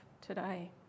today